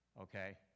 Okay